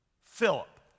Philip